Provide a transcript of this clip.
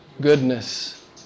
goodness